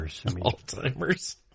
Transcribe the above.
Alzheimer's